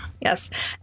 Yes